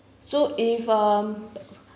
so if um